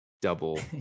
double